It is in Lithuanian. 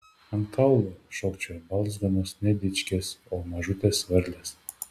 ant kaulų šokčiojo balzganos ne dičkės o mažutės varlės